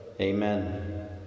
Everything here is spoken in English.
Amen